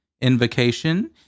invocation